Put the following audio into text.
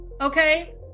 okay